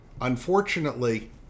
unfortunately